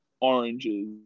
oranges